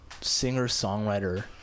singer-songwriter